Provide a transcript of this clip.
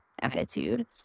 attitude